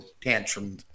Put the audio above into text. tantrum